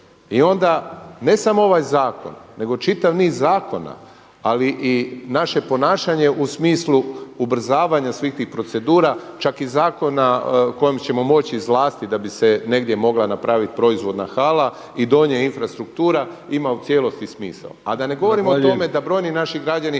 I onda ne samo ovaj zakon nego čitav niz zakona, ali i naše ponašanje u smislu ubrzavanja svih tih procedura čak i zakona kojim ćemo moći izvlastiti da bi se negdje mogla napraviti proizvodna hala i donja infrastruktura ima u cijelosti smisao. A da ne govorim o tome da brojni naši građani